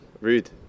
Rude